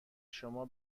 شما